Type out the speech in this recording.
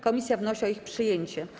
Komisja wnosi o ich przyjęcie.